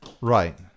right